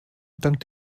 dank